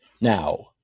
now